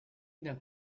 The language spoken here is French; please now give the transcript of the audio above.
d’un